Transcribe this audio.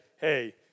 hey